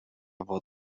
vot